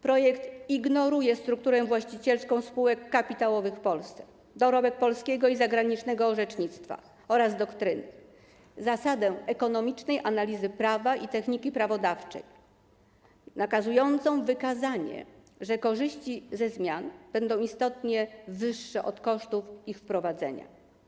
Projekt ignoruje strukturę właścicielską spółek kapitałowych w Polsce, dorobek polskiego i zagranicznego orzecznictwa oraz doktryny, a także zasadę ekonomicznej analizy prawa i techniki prawodawczej nakazującą wykazanie, że korzyści ze zmian będą istotnie wyższe od kosztów ich wprowadzenia.